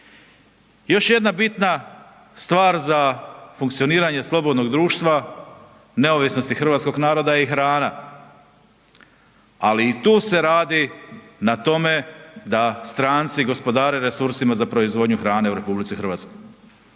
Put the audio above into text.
Još jedna bitna stvar za funkcioniranje slobodnog društva neovisnosti hrvatskog naroda je i hrana, ali i tu se radi na tome da stranci gospodare resursima za proizvodnju hrane u RH, 33000 hektara